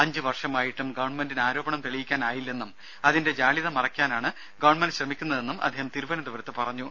അഞ്ച് വർഷമായിട്ടും ഗവൺമെന്റിന് ആരോപണം തെളിയിക്കാനായില്ലെന്നും അതിന്റെ ജാള്യത മറയ്ക്കാനാണ് ഗവൺമെന്റ് ശ്രമിക്കുന്നതെന്നും അദ്ദേഹം തിരുവനന്തപുരത്ത് പറഞ്ഞു